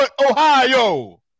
Ohio